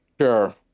Sure